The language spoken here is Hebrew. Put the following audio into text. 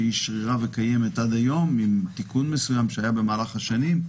שהיא שרירה וקיימת עד היום עם תיקון מסוים שהיה במהלך השנים,